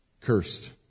cursed